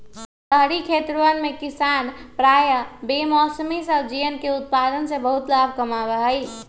शहरी खेतवन में किसवन प्रायः बेमौसमी सब्जियन के उत्पादन से बहुत लाभ कमावा हई